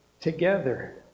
together